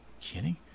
kidding